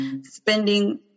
spending